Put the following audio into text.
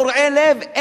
קורעי לב.